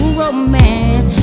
romance